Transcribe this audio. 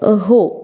हो